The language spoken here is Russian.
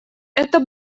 это